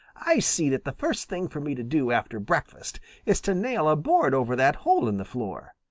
i see that the first thing for me to do after breakfast is to nail a board over that hole in the floor.